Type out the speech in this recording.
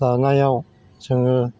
लानायाव जोङो